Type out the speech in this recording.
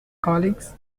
colleagues